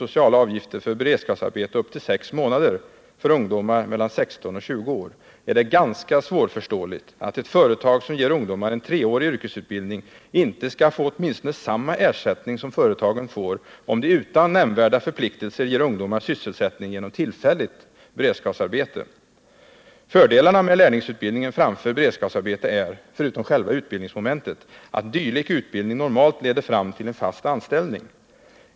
sociala avgifter för beredskapsarbete upp till sex månader, för ungdomar mellan 16 och 20 år, är det ganska svårförståeligt att ett företag som ger ungdomar en treårig yrkesutbildning inte skall få åtminstone samma ersättning som företagen får, om de utan nämnvärda förpliktelser ger ungdomar sysselsättning genom tillfälligt beredskapsarbete. Fördelarna med lärlingsutbildning framför beredskapsarbete är, förutom själva utbildningsmomentet, att dylik utbildning normalt leder fram till en fast anställning.